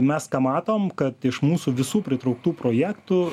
mes ką matom kad iš mūsų visų pritrauktų projektų